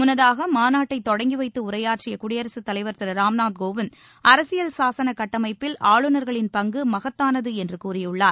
முன்னதாக மாநாட்டை தொடங்கி வைத்து உரையாற்றிய குடியரசு தலைவர் திரு ராம்நாத் கோவிந்த் அரசியல் சாசன கட்டமைப்பில் ஆளுநர்களின் பங்கு மகத்தானது என்று கூறியுள்ளார்